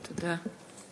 תודה.